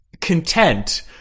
content